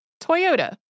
Toyota